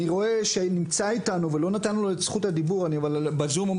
כל המיזמים האלה פשוט